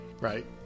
right